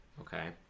okay